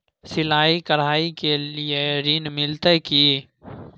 सिलाई, कढ़ाई के लिए ऋण मिलते की?